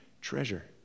treasure